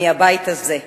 מהבית הזה,